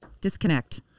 disconnect